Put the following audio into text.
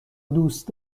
دوست